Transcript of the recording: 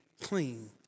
clean